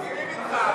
מסכימים אתך,